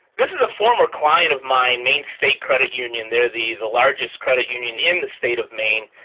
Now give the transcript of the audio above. this is a former client of mine, maine state credit union. they're the the largest credit union in the state of maine.